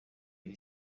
iri